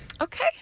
Okay